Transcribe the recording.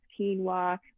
quinoa